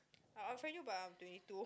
I'll unfriend you but I'm twenty two